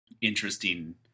interesting